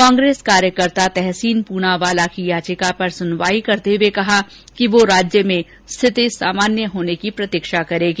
कांग्रेस कार्यकर्ता तहसीन पूनावाला की याचिका पर सुनवाई करते हुए कहा कि वह राज्य में स्थिति सामान्य होने की प्रतीक्षा करेगी